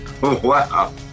Wow